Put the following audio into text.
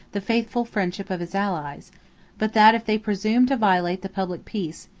the faithful friendship of his allies but that, if they presumed to violate the public peace,